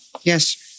Yes